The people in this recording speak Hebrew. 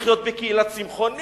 לחיות בקהילה צמחונית,